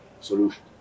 solution